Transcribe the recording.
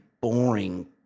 boring